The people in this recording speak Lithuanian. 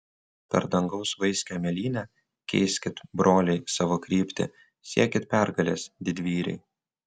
per dangaus vaiskią mėlynę keiskit broliai savo kryptį siekit pergalės didvyriai